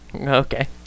Okay